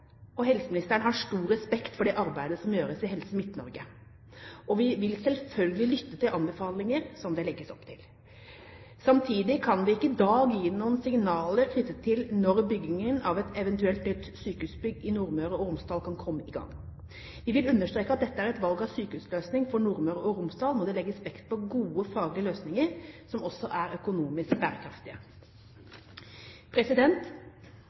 og helseministeren har stor respekt for det arbeidet som gjøres i Helse Midt-Norge. Vi vil selvfølgelig lytte til de anbefalinger som det legges opp til. Samtidig kan vi ikke i dag gi noen signaler knyttet til når bygging av et eventuelt nytt sykehusbygg i Nordmøre og Romsdal kan komme i gang. Vi vil understreke at ved valg av sykehusløsning for Nordmøre og Romsdal må det legges vekt på gode faglige løsninger som også er økonomisk bærekraftige.